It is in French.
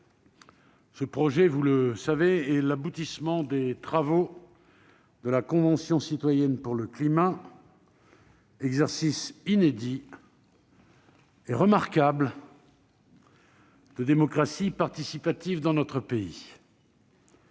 Ce projet, vous le savez, est l'aboutissement des travaux de la Convention citoyenne pour le climat, exercice inédit et remarquable de démocratie participative dans notre pays.